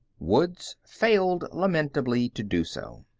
woods failed lamentably to do so.